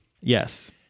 Yes